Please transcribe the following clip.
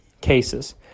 cases